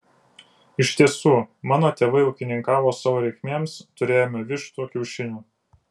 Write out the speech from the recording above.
iš tiesų mano tėvai ūkininkavo savo reikmėms turėjome vištų kiaušinių